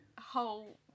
whole